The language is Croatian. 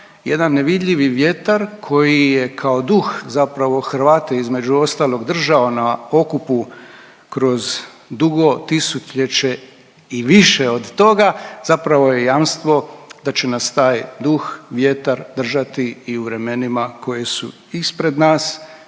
jedan nevidljivi vjetar koji je kao duh Hrvata između ostalog držao na okupu kroz dugo tisućljeće i više od toga zapravo je jamstvo da će nas taj duh, vjetar držati i u vremenima koje su ispred nas